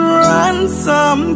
ransom